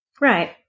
Right